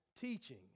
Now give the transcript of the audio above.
teaching